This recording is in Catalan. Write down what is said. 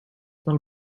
del